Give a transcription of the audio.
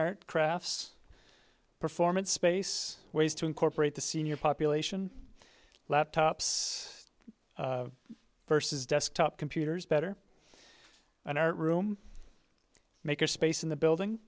art crafts performance space ways to incorporate the senior population laptops vs desktop computers better an art room maker space in the building